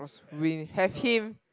we have him